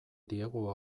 diegu